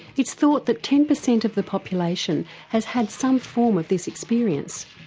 it's thought that ten percent of the population has had some form of this experience,